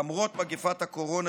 למרות מגפת הקורונה,